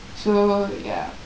so ya